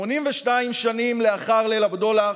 82 שנים לאחר ליל הבדולח,